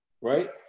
right